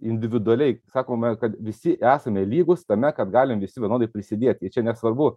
individualiai sakome kad visi esame lygūs tame kad galim visi vienodai prisidėt tai čia nesvarbu